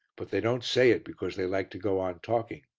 but they don't say it because they like to go on talking.